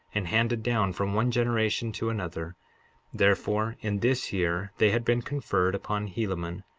and handed down from one generation to another therefore, in this year, they had been conferred upon helaman,